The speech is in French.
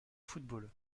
football